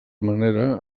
manera